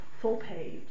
full-page